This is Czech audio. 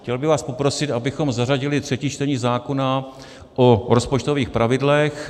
Chtěl bych vás poprosit, abychom zařadili třetí čtení zákona o rozpočtových pravidlech.